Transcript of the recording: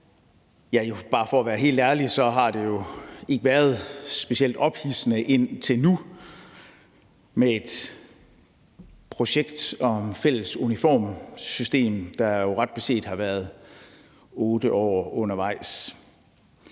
år. For at være helt ærlig har det jo ikke været specielt ophidsende indtil nu med et projekt om et fælles uniformssystem, der jo ret beset har været 8 år undervejs.